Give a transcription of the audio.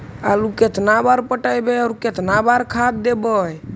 आलू केतना बार पटइबै और केतना बार खाद देबै?